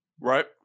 Right